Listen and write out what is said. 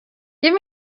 give